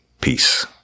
Peace